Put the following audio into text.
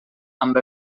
amb